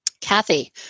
Kathy